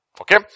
Okay